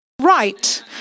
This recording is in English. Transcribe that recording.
right